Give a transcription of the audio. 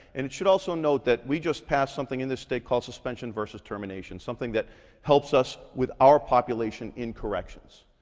and it should also note that we just passed something in this state called suspension versus termination, something that helps us with our population in corrections.